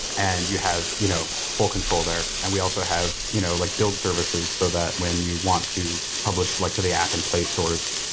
and you have you know full control there, and we also have you know like build services so that when you want to publish like to the app and play stores,